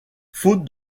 faute